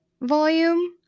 volume